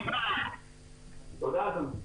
תודה, אדוני.